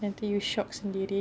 nanti you shiok sendiri